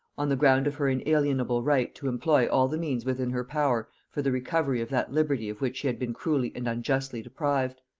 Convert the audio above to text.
on the ground of her inalienable right to employ all the means within her power for the recovery of that liberty of which she had been cruelly and unjustly deprived.